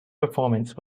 performance